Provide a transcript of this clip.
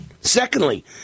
Secondly